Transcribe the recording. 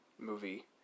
movie